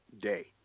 day